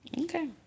Okay